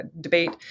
debate